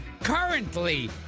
Currently